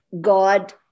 God